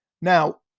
Now